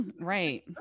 Right